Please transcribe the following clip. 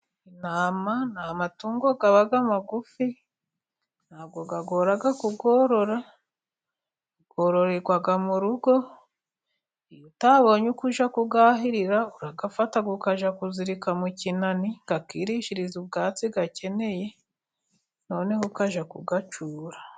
Intama ni amatungo aba magufi, ntabwo agora kuyorora, yororerwa mu rugo, iyo utabonye uko ujya kuyahirira, ukajya kuzirika mu kinani, akirishiriza ubwatsi akeneye, noneho ukajya kuyacura.